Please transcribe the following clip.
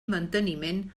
manteniment